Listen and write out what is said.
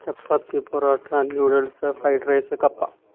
ചപ്പാത്തി parotta noodles ഫൈഡ്സ് rice കപ്പ